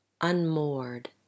unmoored